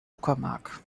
uckermark